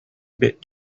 bit